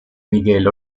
miguel